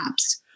apps